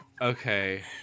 Okay